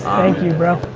thank you bro.